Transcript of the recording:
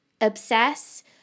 obsess